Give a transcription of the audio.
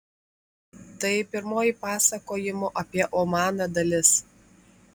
tai pirmoji pasakojimo apie omaną dalis